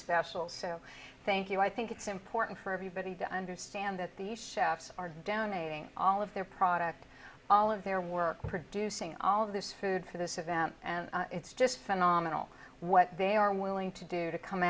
special so thank you i think it's important for everybody to understand that the chefs are downing all of their product all of their work producing all of this food for this event and it's just phenomenal what they are willing to do to come